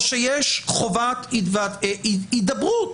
או שיש חובת הידברות,